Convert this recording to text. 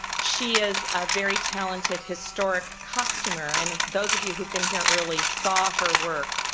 she is a very talented historic costumer. and those of you've been here early saw her work,